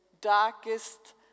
darkest